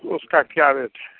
उसका क्या रेट है